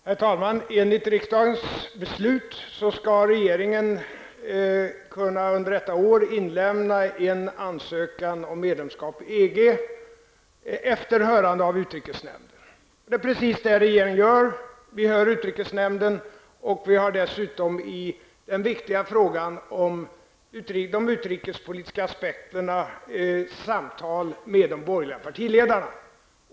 Herr talman! Enligt riksdagens beslut skall regeringen under detta år kunna inlämna en ansökan om medlemskap i EG efter hörande av utrikesnämnden, och det är precis vad regeringen gör. Vi hör utrikesnämnden, och i den viktiga frågan om de utrikespolitiska aspekterna har vi samtal med de borgerliga partiledarna.